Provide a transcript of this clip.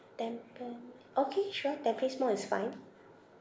tampine~ okay sure tampines mall is fine